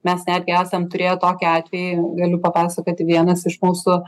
mes netgi esam turėję tokį atvejį galiu papasakoti vienas iš mūsų